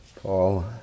Paul